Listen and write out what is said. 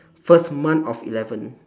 first month of eleven